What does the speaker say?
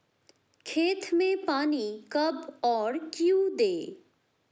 खेत में पानी कब और क्यों दें?